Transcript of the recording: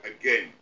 again